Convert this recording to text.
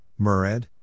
Mered